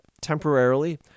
temporarily